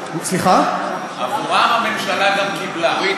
עבורם הממשלה גם קיבלה.